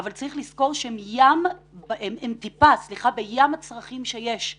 אבל צריך לזכור שהם טיפה בים הצרכים שיש.